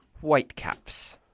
Whitecaps